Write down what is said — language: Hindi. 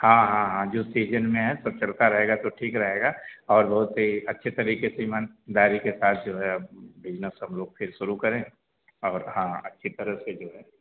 हाँ हाँ हाँ जो सीजन में है सब चलता रहेगा तो ठीक रहेगा और बहुत ही अच्छे तरीके से ईमानदारी के साथ जो है अब बिजनस सब लोग फिर सुरु करें और हाँ अच्छी तरह से जो है